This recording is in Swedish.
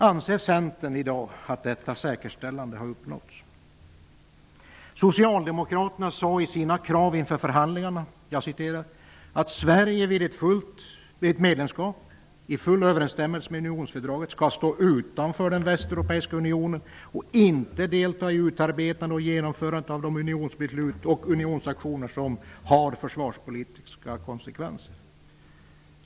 Anser Centern att detta säkerställande har uppnåtts i dag? Socialdemokraterna sade i sina krav inför förhandlingarna att Sverige vid ett medlemskap i full överenstämmelse med unionsfördraget skall stå utanför den västeuropeiska unionen och inte delta i utarbetandet och genomförandet av de unionsbeslut och unionsaktioner som har försvarspolitiska konsekvenser.